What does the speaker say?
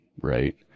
right